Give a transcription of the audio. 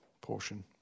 portion